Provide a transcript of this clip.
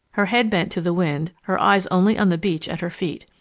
her head bent to the wind, her eyes only on the beach at her feet.